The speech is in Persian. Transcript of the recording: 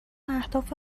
اهداف